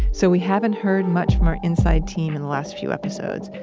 so, we haven't heard much from our inside team in the last few episodes.